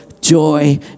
joy